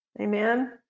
Amen